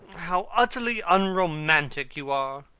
how utterly unromantic you are!